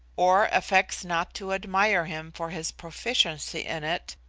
or affects not to admire him for his proficiency in it,